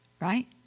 right